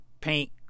paint